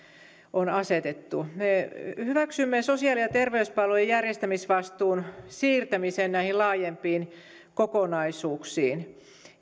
on asetettu me hyväksymme sosiaali ja terveyspalvelujen järjestämisvastuun siirtämisen näihin laajempiin kokonaisuuksiin